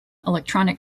electronic